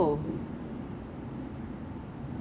restaurant cafe orh orh orh